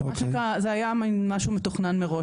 מה שקרה, זה היה מן משהו מתוכנן מראש.